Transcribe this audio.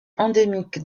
endémique